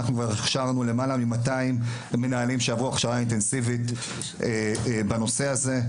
אנחנו הכשרנו למעלה מ-200 מנהלים שעברו הכשרה אינטנסיבית בנושא הזה,